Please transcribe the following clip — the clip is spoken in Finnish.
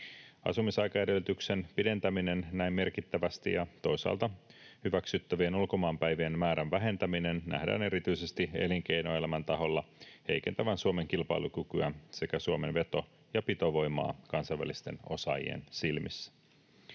Asumisaikaedellytyksen pidentäminen näin merkittävästi ja toisaalta hyväksyttävien ulkomaanpäivien määrän vähentäminen nähdään erityisesti elinkeinoelämän taholla heikentävän Suomen kilpailukykyä sekä Suomen veto- ja pitovoimaa kansainvälisten osaajien silmissä.